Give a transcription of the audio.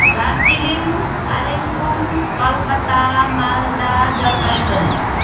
Darjeeling Kalimpong Calcutta Malda Jalpaiguri